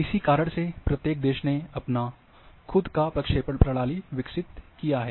इसी कारण से प्रत्येक देश ने अपनी खुद की प्रक्षेपण प्रणाली विकसित की है